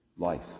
Life